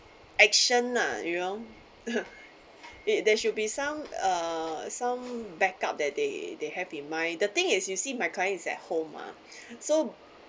action lah you know it there should be some uh some backup that they they have in mind the thing is you see my client is at home mah so